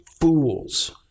fools